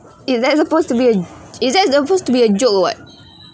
it's that supposed to be a it's that supposed to be a joke or what